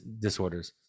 disorders